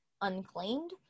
unclaimed